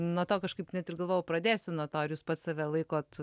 nuo to kažkaip net ir galvojau pradėsiu nuo to ar jūs pats save laikot